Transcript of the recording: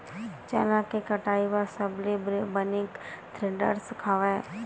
चना के कटाई बर सबले बने थ्रेसर हवय?